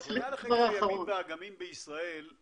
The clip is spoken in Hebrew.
המחלקה לחקר הימים והאגמים בישראל,